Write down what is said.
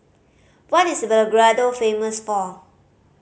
what is Belgrade famous for